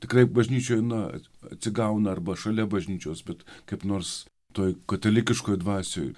tikrai bažnyčioj na atsigauna arba šalia bažnyčios bet kaip nors toj katalikiškoj dvasioj